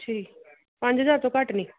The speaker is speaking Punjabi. ਜੀ ਪੰਜ ਹਜ਼ਾਰ ਤੋਂ ਘੱਟ ਨਹੀਂ